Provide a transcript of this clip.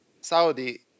Saudi